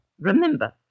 Remember